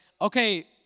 okay